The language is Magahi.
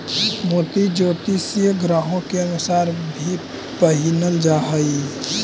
मोती ज्योतिषीय ग्रहों के अनुसार भी पहिनल जा हई